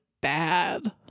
bad